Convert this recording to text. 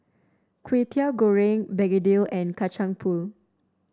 Kwetiau Goreng Begedil and Kacang Pool